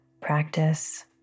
practice